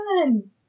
Fun